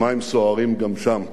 המים סוערים גם שם.